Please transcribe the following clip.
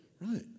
Right